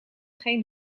geen